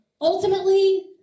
ultimately